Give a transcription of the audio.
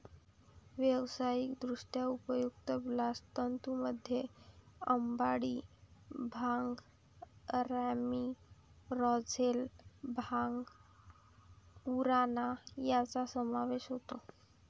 व्यावसायिकदृष्ट्या उपयुक्त बास्ट तंतूंमध्ये अंबाडी, भांग, रॅमी, रोझेल, भांग, उराणा यांचा समावेश होतो